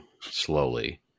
slowly